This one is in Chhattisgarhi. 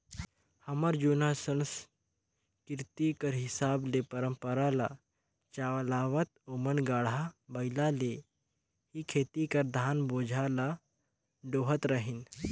हमर जुनहा संसकिरती कर हिसाब ले परंपरा ल चलावत ओमन गाड़ा बइला ले ही खेत कर धान बोझा ल डोहत रहिन